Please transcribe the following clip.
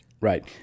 Right